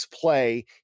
play